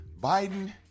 Biden